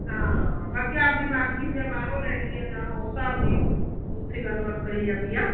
ਹਾਂ ਬਾਕੀ ਆਪਦੀ ਮਰਜ਼ੀ ਹੁੰਦੀ ਆ ਬਾਹਰੋਂ ਲੈਣੀ ਆ ਜਾਂ ਉਸ ਹਿਸਾਬ ਦੀ ਉਥੇ ਗੱਲਬਾਤ ਕਰੀ ਜਾਂਦੀ ਆ